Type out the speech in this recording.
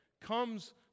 comes